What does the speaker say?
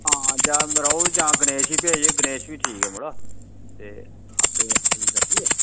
आं जां राहुल जां गणेश गी भेज गणेश बी ठीक ऐ मुड़ा ते आपे गे होई जंदा ठीक ऐ